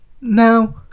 Now